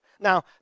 now